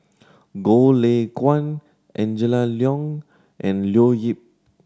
Goh Lay Kuan Angela Liong and Leo Yip